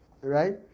Right